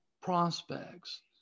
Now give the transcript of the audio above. prospects